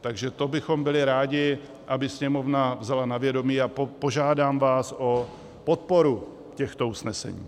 Takže to bychom byli rádi, aby Sněmovna vzala na vědomí, a požádám vás o podporu těchto usnesení.